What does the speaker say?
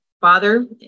father